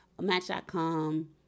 Match.com